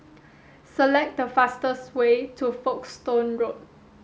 select the fastest way to Folkestone Road